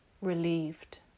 relieved